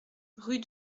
rue